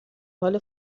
حال